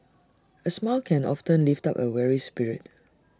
A smile can often lift up A weary spirit